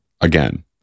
again